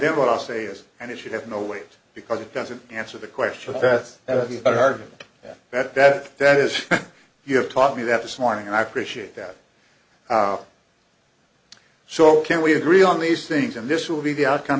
then what i'll say is and it should have no weight because it doesn't answer the question beth that would be a better argument that that that is you have taught me that this morning and i appreciate that so can we agree on these things and this will be the outcome